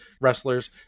wrestlers